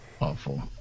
awful